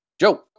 Joe